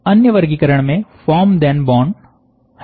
अन्य वर्गीकरण में फॉर्म धेन बॉन्ड है